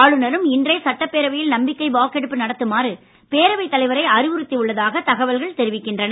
ஆளுநரும் இன்றே சட்டப்பேரவையில் நம்பிக்கை வாக்கெடுப்பு நடத்துமாறு பேரவைத் தலைவரை அறிவுறுத்தி உள்ளதாக தகவல்கள் தெரிவிக்கின்றன